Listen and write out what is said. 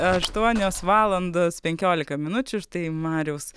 aštuonios valandos penkiolika minučių štai mariaus